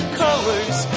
colors